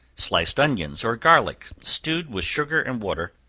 sliced onions, or garlic stewed with sugar and water,